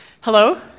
hello